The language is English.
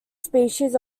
species